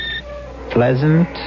pleasant